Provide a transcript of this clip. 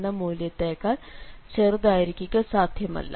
എന്ന മൂല്യത്തെക്കാൾ ചെറുതായിരിക്കുക സാധ്യമല്ല